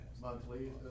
monthly